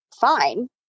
fine